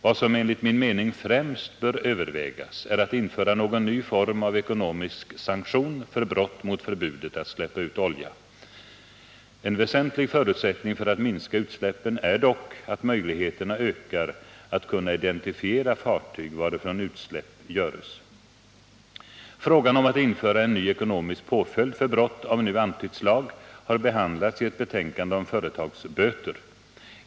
Vad som enligt min mening främst bör övervägas är att införa någon ny form av ekonomisk sanktion för brott mot förbudet att släppa ut olja. En väsentlig förutsättning för en minskning av utsläppen är dock att möjligheterna ökar att kunna identifiera fartyg varifrån utsläpp görs. Frågan om att införa en ny ekonomisk påföljd för brott av nu antytt slag har behandlats i ett betänkande om Företagsböter .